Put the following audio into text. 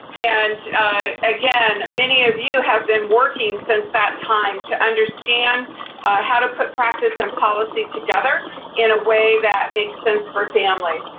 and again, many of you have been working since that time to understand how to put practice and policy together in a way that makes sense for families.